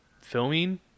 filming